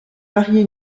mariée